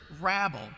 rabble